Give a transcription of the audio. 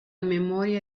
memoria